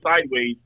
sideways